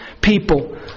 people